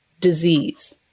disease